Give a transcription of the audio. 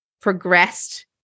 progressed